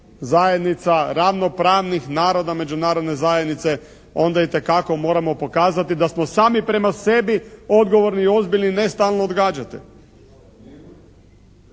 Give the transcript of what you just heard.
zajednica, ravnopravnih naroda međunarodne zajednice onda itekako moramo pokazati da smo sami prema sebi odgovorni i ozbiljni i ne stalno odgađati.